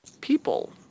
people